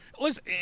Listen